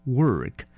work